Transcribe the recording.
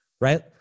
right